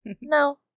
No